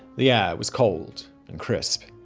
the air was cold and crisp.